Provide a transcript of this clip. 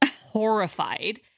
horrified